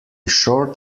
short